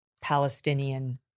Palestinian